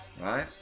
right